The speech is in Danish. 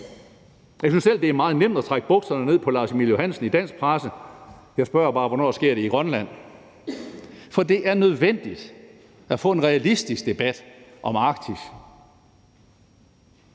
Jeg synes selv, at det er meget nemt at trække bukserne ned på Lars-Emil Johansen i dansk presse. Jeg spørger bare: Hvornår sker det i Grønland? For det er nødvendigt at få en realistisk debat om Arktis.